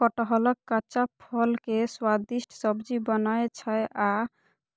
कटहलक कच्चा फल के स्वादिष्ट सब्जी बनै छै आ